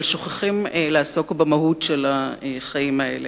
אבל שוכחים לעסוק במהות של החיים האלה.